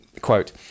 Quote